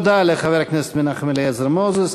תודה לחבר הכנסת מנחם אליעזר מוזס.